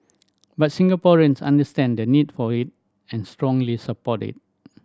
but Singaporeans understand the need for it and strongly support it